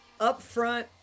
upfront